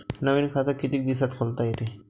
नवीन खात कितीक दिसात खोलता येते?